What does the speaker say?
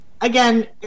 Again